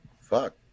Fuck